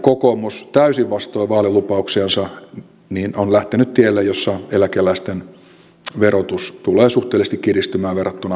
kokoomus täysin vastoin vaalilupauksiansa on lähtenyt tielle jolla eläkeläisten verotus tulee suhteellisesti kiristymään verrattuna palkansaajiin